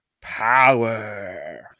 power